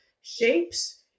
shapes